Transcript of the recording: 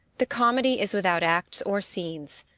the comedy is without acts or scenes.